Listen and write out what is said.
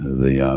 the,